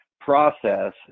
process